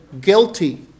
guilty